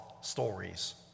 stories